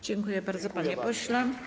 Dziękuję bardzo, panie pośle.